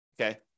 okay